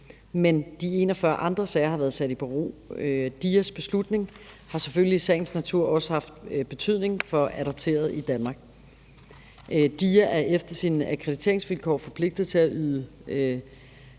men de 41 andre sager har været sat i bero. DIA's beslutning har selvfølgelig i sagens natur også haft betydning for adopterede i Danmark. DIA er efter sine akkrediteringsvilkår forpligtet til at yde